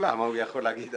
את זה